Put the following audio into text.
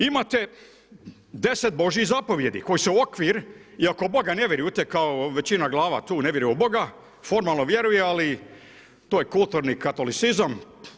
Imate 10 božjih zapovjedi koje su okvir i ako u boga ne vjerujete, kao većina glava tu ne vjeruje u Boga, formalno vjeruje, ali to je kulturni katolicizam.